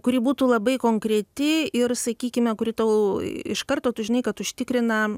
kuri būtų labai konkreti ir sakykime kuri tau iš karto tu žinai kad užtikrina